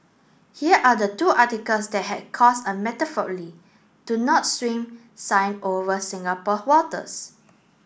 here are the two articles that has cast a do not swim sign over Singapore waters